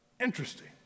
Interesting